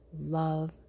love